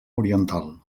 oriental